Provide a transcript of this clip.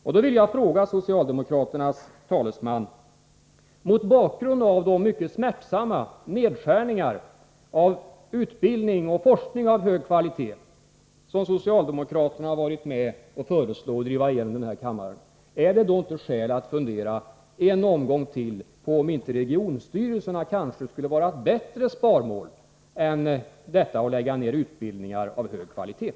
Jag vill fråga socialdemokraternas talesman: Finns det inte — mot bakgrund av de mycket smärtsamma nedskärningar av utbildning och forskning av hög kvalitet som socialdemokraterna varit med om att föreslå och driva igenom i den här kammaren -— skäl att ytterligare en omgång fundera över om inte en avveckling av regionstyrelserna kanske skulle vara ett bättre sätt att spara än att lägga ned utbildningar av hög kvalitet?